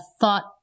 thought